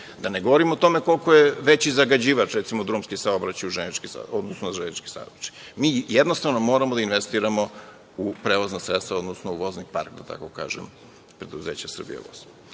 Da ne govorim o tome koliko je veći zagađivač, recimo, drumski saobraćaj od železničkog saobraćaja. Jednostavno, moramo da investiramo u prevozna sredstva, odnosno u vozni park, da tako kažem, preduzeća "Srbija